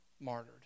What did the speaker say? martyred